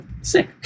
sick